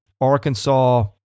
Arkansas